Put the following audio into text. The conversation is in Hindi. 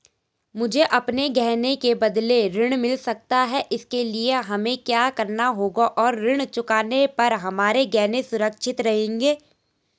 मुझे अपने गहने के बदलें ऋण मिल सकता है इसके लिए हमें क्या करना होगा और ऋण चुकाने पर हमारे गहने सुरक्षित रहेंगे?